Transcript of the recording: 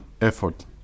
effort